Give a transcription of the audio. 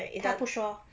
他不说